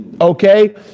Okay